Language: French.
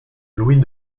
louis